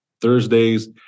Thursdays